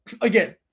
again